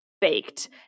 baked